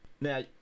now